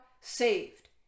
saved